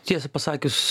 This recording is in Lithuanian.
tiesa pasakius